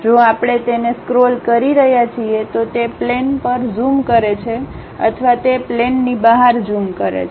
જો આપણે તેને સ્ક્રોલ કરી રહ્યા છીએ તો તે તે પ્લેન પર ઝૂમ કરે છે અથવા તે પ્લેનની બહાર ઝૂમ કરે છે